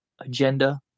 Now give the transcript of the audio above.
agenda